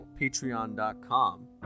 patreon.com